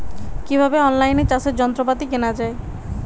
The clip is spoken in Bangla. কিভাবে অন লাইনে চাষের যন্ত্রপাতি কেনা য়ায়?